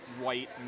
white